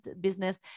business